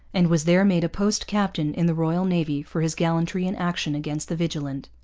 and was there made a post-captain in the royal navy for his gallantry in action against the vigilant.